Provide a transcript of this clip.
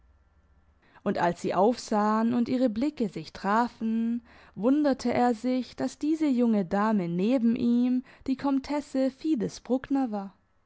und als sie aufsahen und ihre blicke sich trafen wunderte er sich dass diese junge dame neben ihm die komtesse fides bruckner war